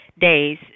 days